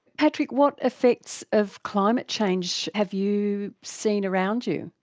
patrick, what affects of climate change have you seen around you?